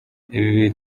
ibi